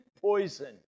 poison